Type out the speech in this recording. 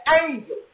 angel